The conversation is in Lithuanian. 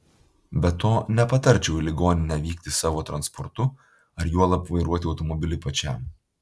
be to nepatarčiau į ligoninę vykti savo transportu ar juolab vairuoti automobilį pačiam